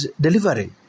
delivery